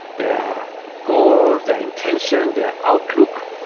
their goal, their intention, their outlook,